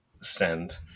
send